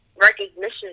recognition